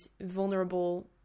vulnerable